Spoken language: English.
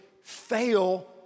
fail